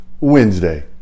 Wednesday